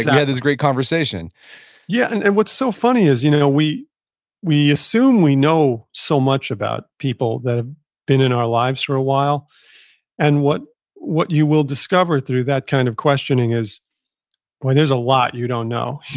yeah had this great conversation yeah, and and what's so funny is you know we we assume we know so much about people that have been in our lives for a while and what what you will discover through that kind of questioning is boy, there's a lot you don't know.